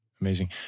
Amazing